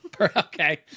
Okay